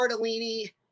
Cardellini